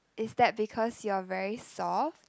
is that because you are very soft